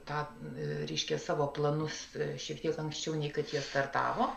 tą reiškia savo planus šiek tiek anksčiau nei kad jie startavo